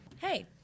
Hey